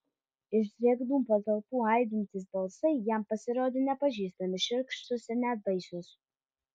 iš drėgnų patalpų aidintys balsai jam pasirodė nepažįstami šiurkštūs ir net baisūs